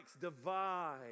divide